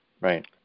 right